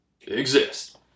exist